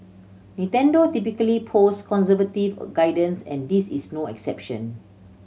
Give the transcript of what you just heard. Nintendo typically posts conservative guidance and this is no exception